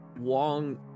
wong